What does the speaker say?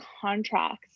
contracts